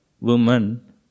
woman